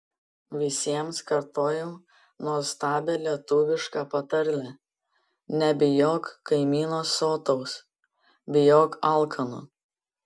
visiems kartojau nuostabią lietuvišką patarlę nebijok kaimyno sotaus bijok alkano